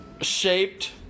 shaped